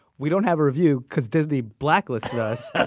we don't have a review because disney blacklisted us.